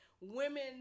women